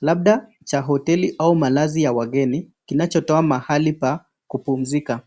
labda cha hoteli au malazi ya wageni kinachotoa mahali pa kupumzika.